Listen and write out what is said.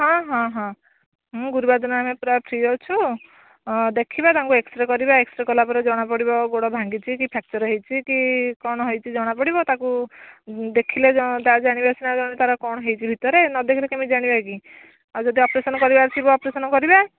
ହଁ ହଁ ହଁ ମୁଁ ଗୁରୁବାର ଦିନ ଆମେ ପୁରା ଫ୍ରି ଅଛୁ ହଁ ଦେଖିବା ତାଙ୍କୁ ଏକ୍ସରେ କରିବା ଏକ୍ସରେ କଲାପରେ ଜଣାପଡ଼ିବ ଗୋଡ଼ ଭାଙ୍ଗିଛି କି ଫ୍ରାକଚର୍ ହେଇଛି କି କ'ଣ ହେଇଛି ଜଣାପଡ଼ିବ ତାକୁ ଦେଖିଲେ ଜାଣିବା ସିନା ତା'ର କ'ଣ ହେଇଛି ଭିତରେ ନ ଦେଖିଲେ କେମିତି ଜାଣିବା କି ଆଉ ଯଦି ଅପରେସନ୍ କରିବାର ଥିବ ଅପରେସନ୍ କରିବେ